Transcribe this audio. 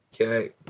Okay